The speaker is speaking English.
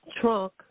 trunk